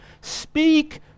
Speak